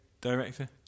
director